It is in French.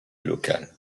local